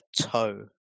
toe